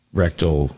rectal